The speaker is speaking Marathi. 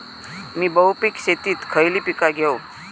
मी बहुपिक शेतीत खयली पीका घेव?